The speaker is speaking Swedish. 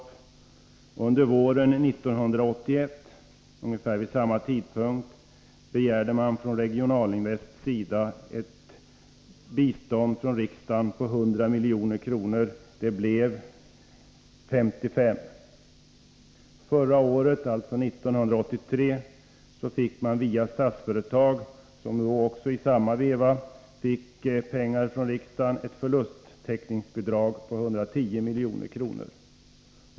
Vid ungefär samma tidpunkt, under våren 1981, begärde Regioninvest ett bistånd från riksdagen på 100 milj.kr. Det blev 55 milj.kr. Förra året erhöll man via Statsföretag, som i samma veva fick pengar från riksdagen, ett förlusttäckningsbidrag på 110 milj.kr.